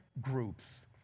groups